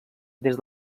des